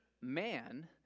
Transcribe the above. man